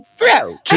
Throw